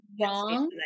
wrong